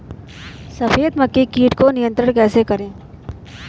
सफेद मक्खी कीट को नियंत्रण कैसे करें?